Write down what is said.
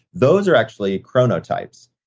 those are actually chronotypes.